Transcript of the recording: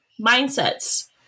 mindsets